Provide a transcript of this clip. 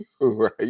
right